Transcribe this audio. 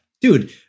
dude